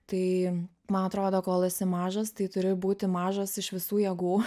tai man atrodo kol esi mažas tai turi būti mažas iš visų jėgų